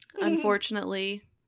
Unfortunately